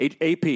AP